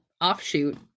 offshoot